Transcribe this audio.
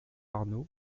arnaud